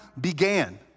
began